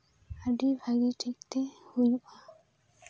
ᱟᱹᱰᱤ ᱵᱷᱟᱹᱜᱤ ᱴᱷᱤᱠᱛᱮ ᱦᱩᱭᱩᱜᱼᱟ